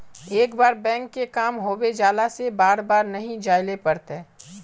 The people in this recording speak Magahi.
एक बार बैंक के काम होबे जाला से बार बार नहीं जाइले पड़ता?